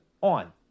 on